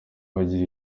bagira